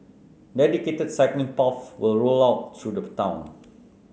dedicated cycling paths will rolled out through the town